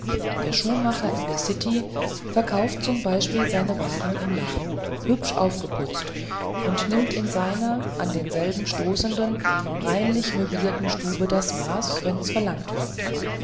der schuhmacher in der city verkauft zum beispiel seine waren im laden hübsch aufgeputzt und nimmt in seiner an denselben stoßenden reinlich möblierten stube das maß wenn's verlangt wird